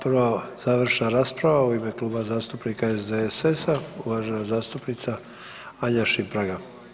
Zapravo završna rasprava u ime Kluba zastupnika SDSS-a, uvažena zastupnica Anja Šimpraga.